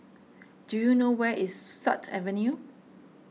do you know where is Sut Avenue